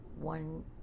one